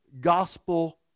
Gospel